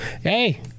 hey